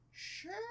Sure